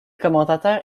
commentateurs